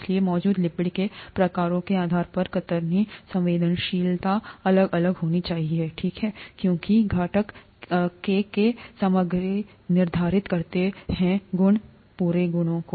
इसलिए मौजूद लिपिड के प्रकारों के आधार पर कतरनी संवेदनशीलता अलग अलग होनी चाहिए ठीक है क्योंकि घटक केके समग्रनिर्धारित करते हैं गुण पूरेगुणों को